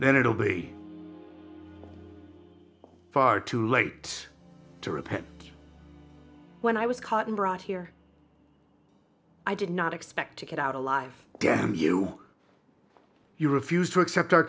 then it will be far too late to repent when i was caught and brought here i did not expect to get out alive again you you refused to accept our